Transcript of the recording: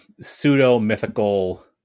pseudo-mythical